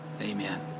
Amen